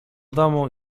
domu